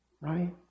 Right